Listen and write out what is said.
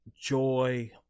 joy